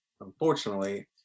Unfortunately